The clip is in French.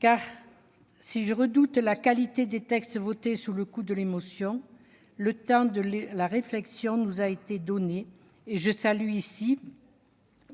car, si je redoute la qualité des textes votés sous le coup de l'émotion, le temps de la réflexion nous a été donné et je salue ici